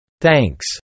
Thanks